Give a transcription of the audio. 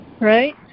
Right